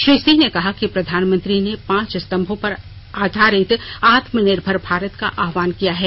श्री सिंह ने कहा कि प्रधानमंत्री ने पांच स्तंभों पर आधारित आत्मनिर्भर भारत का आह्वान किया है